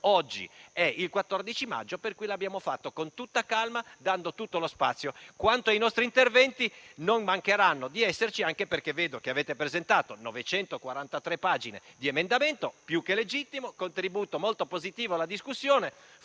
Oggi è il 14 maggio, per cui l'abbiamo fatto con tutta calma, dando tutto lo spazio. Quanto ai nostri interventi, non mancheranno di esserci, anche perché vedo che avete presentato 943 pagine di emendamenti - più che legittimo - contributo molto positivo alla discussione